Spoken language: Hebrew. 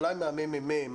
אולי מהממ"מ,